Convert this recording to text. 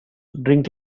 drink